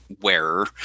wearer